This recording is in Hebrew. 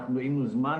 אם נוזמן,